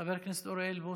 חבר הכנסת ווליד טאהא,